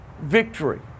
victory